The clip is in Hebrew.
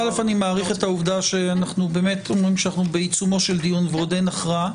אני מעריך את העובדה שאנחנו בעיצומו של דיון ועוד אין הכרעה,